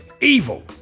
evil